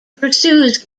pursues